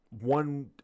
one